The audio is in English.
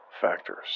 factors